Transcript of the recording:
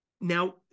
now